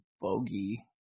Bogey